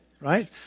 right